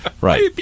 Right